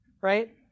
Right